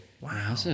Wow